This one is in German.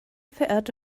verehrte